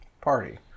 party